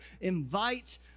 invite